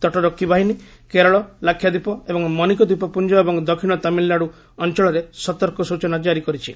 ତଟରକ୍ଷୀ ବାହିନୀ କେରଳ ଲାକ୍ଷାଦ୍ୱିପ ଏବଂ ମନିକୋ ଦ୍ୱୀପପୁଞ୍ଜ ଏବଂ ଦକ୍ଷିଣ ତାମିଲନାଡୁ ଅଞ୍ଚଳରେ ସତର୍କତା ସୂଚନା କାରି କରିଛି